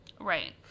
Right